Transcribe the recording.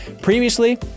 Previously